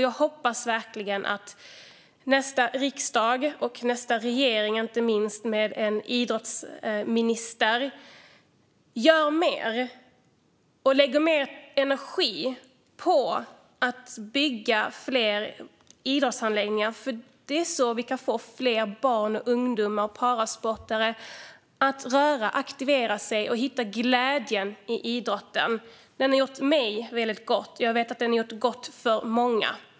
Jag hoppas verkligen att nästa riksdag och inte minst nästa regering, med en idrottsminister, gör mer och lägger mer energi på att bygga fler idrottsanläggningar. Det är så vi kan få fler barn och ungdomar och parasportare att aktivera sig och hitta glädjen i idrotten. Den har gjort mig väldigt gott, och jag vet att den har gjort gott för många.